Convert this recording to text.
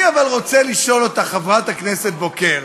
אני אבל רוצה לשאול אותך, חברת הכנסת בוקר.